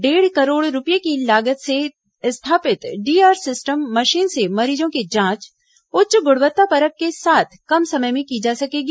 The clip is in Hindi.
डेढ़ करोड़ रूपये की लागत से स्थापित डीआर सिस्टम मशीन से मरीजों की जांच उच्च ग्रणवत्तापरख के साथ कम समय में की जा सकेगी